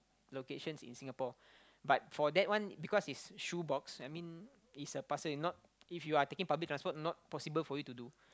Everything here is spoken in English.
locations in Singapore but for that one because it's shoe box I mean it's a parcel not if you're taking public transport not possible for you to do